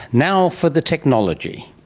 now for the technology.